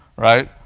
right?